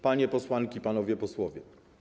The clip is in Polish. Panie Posłanki i Panowie Posłowie!